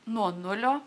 nuo nulio